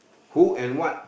who and what